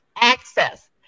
Access